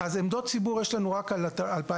אז עמדות ציבור יש לנו רק על 2017,